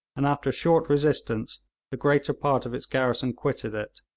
and after a short resistance the greater part of its garrison quitted it.